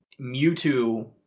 Mewtwo